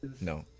no